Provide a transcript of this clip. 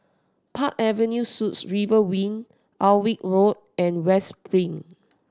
Park Avenue Suites River Wing Alnwick Road and West Spring